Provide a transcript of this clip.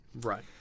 Right